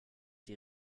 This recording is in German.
die